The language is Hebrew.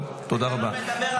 תודה רבה.